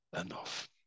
enough